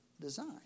design